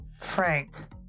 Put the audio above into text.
frank